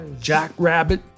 jackrabbit